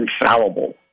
infallible